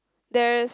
there is